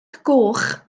goch